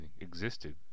existed